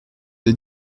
des